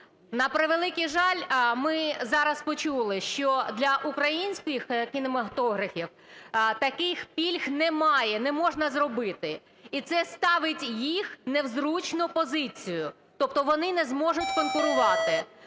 На превеликий жаль, ми зараз почули, що для українських кінематографів таких пільг немає, не можна зробити. І це ставить їх в незручну позицію. Тобто вони не зможуть конкурувати.